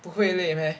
不会累 meh